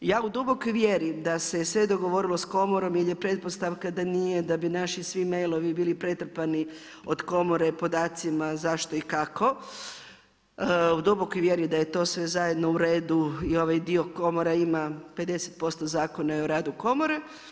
Ja u dubokoj vjeri da se je sve dogovorilo sa komorom ili je pretpostavka da nije, da bi naši svi mailovi bili pretrpani od Komore podacima zašto i kako u dubokoj vjeri da je to sve zajedno u redu i ovaj dio Komore ima 50% zakona je u radu Komore.